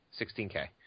16K